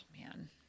man